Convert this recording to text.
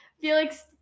felix